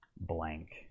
blank